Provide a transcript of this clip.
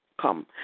come